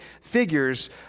figures